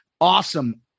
awesome